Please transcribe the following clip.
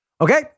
Okay